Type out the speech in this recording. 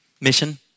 mission